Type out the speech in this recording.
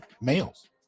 males